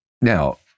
Now